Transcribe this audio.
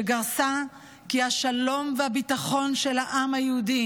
שגרסה כי השלום והביטחון של העם היהודי